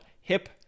hip